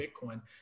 Bitcoin